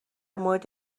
مورد